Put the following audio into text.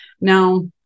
Now